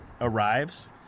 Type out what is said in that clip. arrives